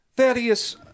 Thaddeus